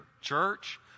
church